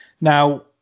Now